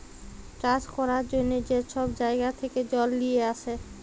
চাষ ক্যরার জ্যনহে যে ছব জাইগা থ্যাকে জল লিঁয়ে আসে